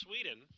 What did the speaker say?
Sweden